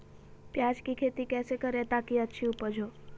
प्याज की खेती कैसे करें ताकि अच्छी उपज हो?